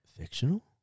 fictional